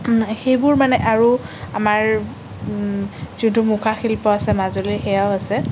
সেইবোৰ মানে আৰু আমাৰ যোনটো মুখা শিল্প আছে মাজুলীৰ সেয়াও আছে